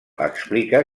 explica